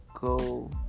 go